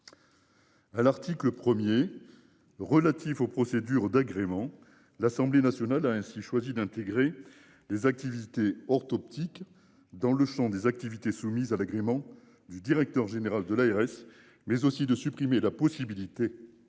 À l'article 1er relatif aux procédures d'agrément. L'Assemblée nationale a ainsi choisi d'intégrer les activités hors optique dans le Champ des activités soumises à l'agrément du directeur général de l'ARS, mais aussi de supprimer la possibilité de